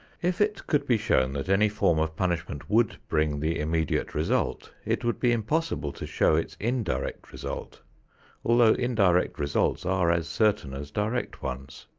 if it could be shown that any form of punishment would bring the immediate result, it would be impossible to show its indirect result although indirect results are as certain as direct ones.